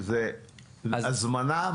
שזה הזמנה,